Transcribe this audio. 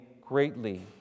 greatly